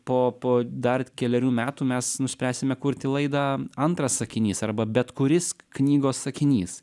po po dar kelerių metų mes nuspręsime kurti laidą antras sakinys arba bet kuris knygos sakinys